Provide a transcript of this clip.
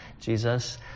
Jesus